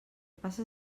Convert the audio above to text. passa